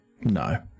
No